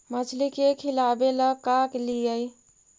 मछली के खिलाबे ल का लिअइ?